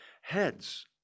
heads